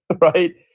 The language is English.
right